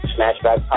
Smashback